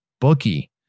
bookie